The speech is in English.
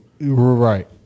Right